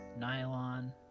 nylon